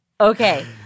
Okay